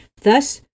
Thus